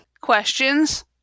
questions